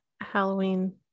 halloween